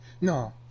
no